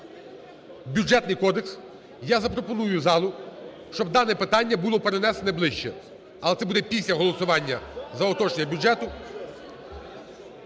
Бюджетний кодекс я запропоную залу, щоб дане питання було перенесене ближче, але це буде після голосування за уточнення бюджету.